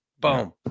boom